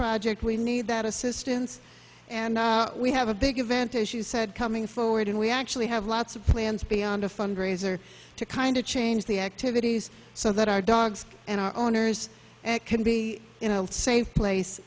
project we need that assistance and we have a big event as you said coming forward and we actually have lots of plans beyond a fundraiser to kind of change the activities so that our dogs and our owners can be in a safe place